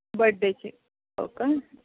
बड्डेची हो का